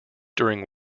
during